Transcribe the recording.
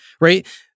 right